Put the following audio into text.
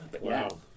Wow